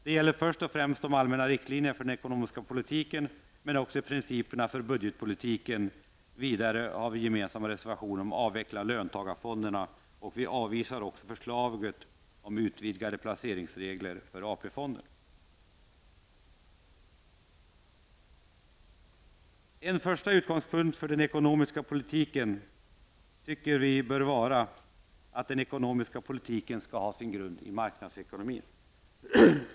Det gäller först och främst de allmänna riktlinjerna för den ekonomiska politiken men också principerna för budgetpolitiken. Vidare har vi en gemensam reservation om avveckling av löntagarfonderna. Vi avvisar också förslaget om utvidgade placeringsregler för AP-fonden. En första utgångspunkt för den ekonomiska politiken bör vara att den ekonomiska politiken skall ha sin grund i marknadsekonomin.